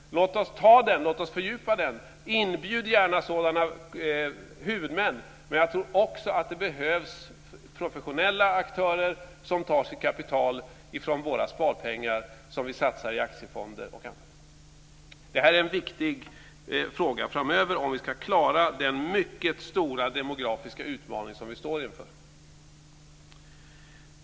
Låt oss ta den, låt oss fördjupa den. Inbjud gärna sådana huvudmän. Men jag tror också att det behövs professionella aktörer som tar sitt kapital från våra sparpengar som vi satsar i aktiefonder och annat. Det här är en viktig fråga framöver, om vi ska klara den mycket stora demografiska utmaning vi står inför.